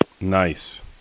nice